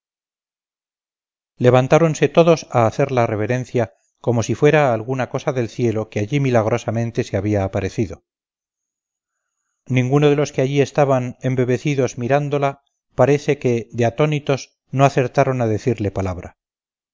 levantáronse todos a hacerla reverencia como si fuera a alguna cosa del cielo que allí milagrosamente se había aparecido ninguno de los que allí estaban embebecidos mirándola parece que de atónitos no acertaron a decirle palabra